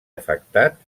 afectat